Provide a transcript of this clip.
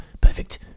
perfect